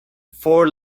four